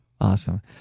Awesome